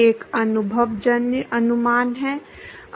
एक अनुभवजन्य अनुमान है